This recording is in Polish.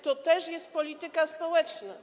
To też jest polityka społeczna.